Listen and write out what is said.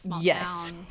Yes